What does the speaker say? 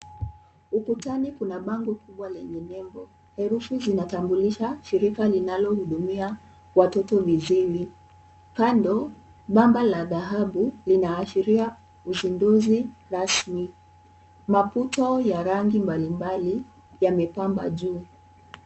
Ukutani kuna bango kubwa lenye nembo, herufi zinatambulisha, shirika linalohudumia, watoto vizimi. Kando, bamba la dhahabu linaashiria uzinduzi rasmi. Maputo ya rangi mbalimbali, yamepamba juu.